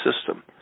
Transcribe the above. system